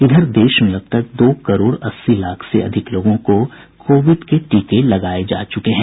इधर देश में अब तक दो करोड़ अस्सी लाख से अधिक लोगों को कोविड के टीके लगाये जा चुके हैं